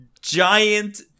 Giant